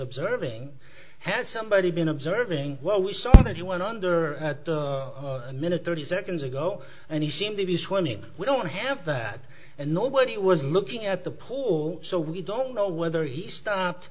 observing had somebody been observing what we saw that he went under a minute thirty seconds ago and he seems to be swimming we don't have that and nobody was looking at the pool so we don't know whether he stopped